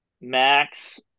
Max